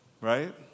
right